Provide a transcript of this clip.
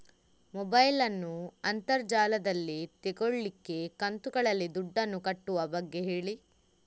mobile ನ್ನು ಅಂತರ್ ಜಾಲದಲ್ಲಿ ತೆಗೋಲಿಕ್ಕೆ ಕಂತುಗಳಲ್ಲಿ ದುಡ್ಡನ್ನು ಕಟ್ಟುವ ಬಗ್ಗೆ ಹೇಳಿ